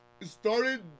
started